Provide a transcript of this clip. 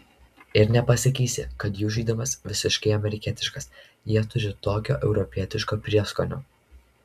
ir nepasakysi kad jų žaidimas visiškai amerikietiškas jie turi tokio europietiško prieskonio